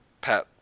Pat